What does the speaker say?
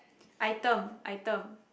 item item